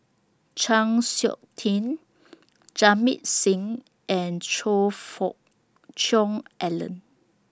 Chng Seok Tin Jamit Singh and Choe Fook Cheong Alan